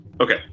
Okay